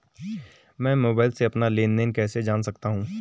मैं मोबाइल से अपना लेन लेन देन कैसे जान सकता हूँ?